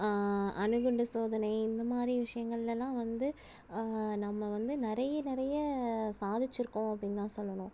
அணுகுண்டு சோதனை இந்தமாதிரி விஷயங்கள்லலாம் வந்து நம்ம வந்து நிறைய நிறைய சாதிச்சிருக்கோம் அப்படின்னுதான் சொல்லணும்